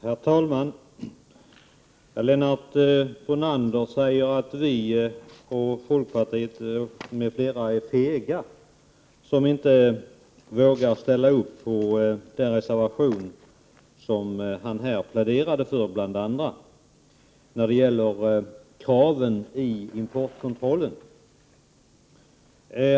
Herr talman! Lennart Brunander säger att vi och folkpartiet och andra är fega, som inte vågar ställa upp på den reservation som han här pläderade för när det gäller kraven på importkontrollen.